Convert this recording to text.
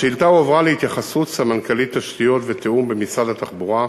השאילתה הועברה להתייחסות סמנכ"לית תשתיות ותיאום במשרד התחבורה,